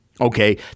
Okay